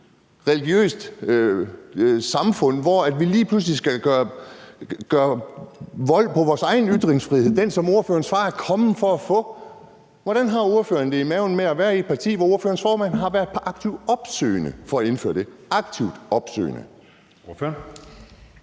religiøst samfund, hvor vi lige pludselig skal gøre vold på vores egen ytringsfrihed – den ytringsfrihed, som ordførerens far er kommet for at få. Hvordan har ordføreren det i maven med at være i et parti, hvor ordførerens formand har været aktivt opsøgende for at indføre det – aktivt opsøgende! Kl.